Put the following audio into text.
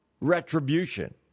retribution